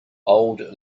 old